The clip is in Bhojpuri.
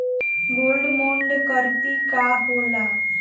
गोल्ड बोंड करतिं का होला?